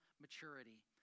maturity